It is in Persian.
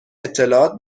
اطلاعات